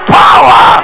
power